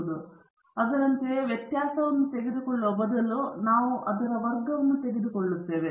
ಆದ್ದರಿಂದ ಅದರಂತೆಯೇ ವ್ಯತ್ಯಾಸವನ್ನು ತೆಗೆದುಕೊಳ್ಳುವ ಬದಲು ನಾವು ಅವರ ವರ್ಗವನ್ನು ತೆಗೆದುಕೊಳ್ಳುತ್ತೇವೆ